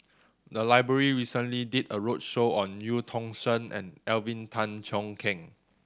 the library recently did a roadshow on Eu Tong Sen and Alvin Tan Cheong Kheng